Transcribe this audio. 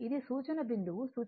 ఇది సూచన బిందువు సూచన కరెంట్